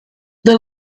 the